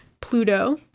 Pluto